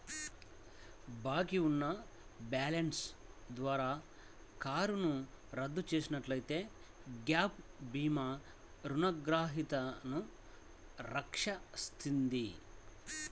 బాకీ ఉన్న బ్యాలెన్స్ ద్వారా కారును రద్దు చేసినట్లయితే గ్యాప్ భీమా రుణగ్రహీతను రక్షిస్తది